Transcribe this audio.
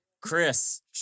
Chris